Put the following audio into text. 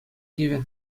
тивӗ